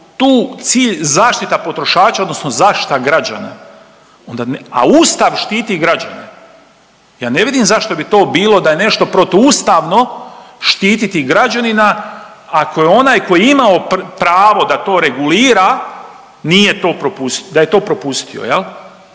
tu cilj zaštita potrošača, odnosno zaštita građana, onda nema, a Ustav štiti građane. Ja ne vidim zašto bi to bilo da je nešto protuustavno štititi građanina, ako je onaj koji je imao pravo da to regulira nije to, da je to propustio.